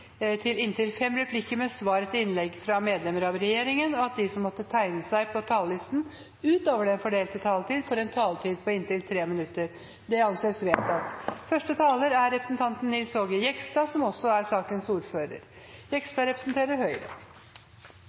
til inntil fem replikker med svar fra medlemmer av regjeringen innenfor den fordelte taletid, og at de som måtte tegne seg på talerlisten utover den fordelte taletid, får en taletid på inntil 3 minutter. – Det anses vedtatt. Første taler er Åse Michaelsen, som får ordet på vegne av sakens ordfører,